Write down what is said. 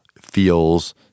feels